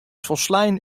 folslein